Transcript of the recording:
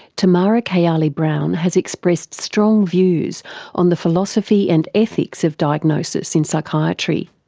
tamara kayali browne has expressed strong views on the philosophy and ethics of diagnosis in psychiatry,